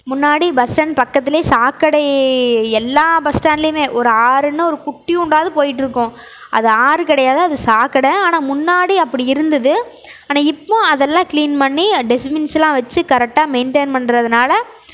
முன்னாடி bus stand பக்கத்துல சாக்கடை எல்லா பஸ் ஸ்டாண்ட்லையுமே ஒரு ஆறுன்னு ஒரு குட்டியோண்டாது போய்ட்யிருக்கும் அது ஆறு கிடையாது சாக்கடை ஆனால் முன்னாடி அப்டி இருந்துது ஆனால் இப்போ அதெல்லான் க்ளின் பண்ணி டெசிப்பின்ஸ்லாம் வச்சு கரெட்டாக மெயின்டன் பண்ணுறதுனால